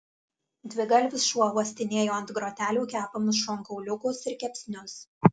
dvigalvis šuo uostinėjo ant grotelių kepamus šonkauliukus ir kepsnius